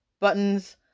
buttons